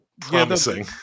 promising